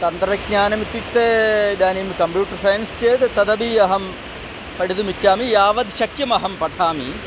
तन्त्रज्ञानमित्युक्ते इदानीं computer science चेद् तदपि अहं पठितुमिच्छामि यावत् शक्यमहं पठामि